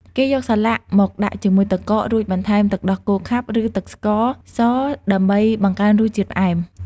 គេយកសាឡាក់មកដាក់ជាមួយទឹកកក រួចបន្ថែមទឹកដោះគោខាប់ ឬទឹកស្ករស ដើម្បីបង្កើនរសជាតិផ្អែម។